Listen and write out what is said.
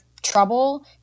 trouble